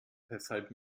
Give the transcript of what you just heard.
weshalb